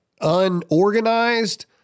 unorganized